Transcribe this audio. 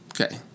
Okay